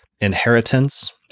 inheritance